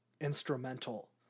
instrumental